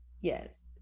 yes